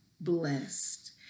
blessed